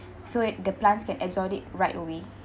so that the plants can absorb right away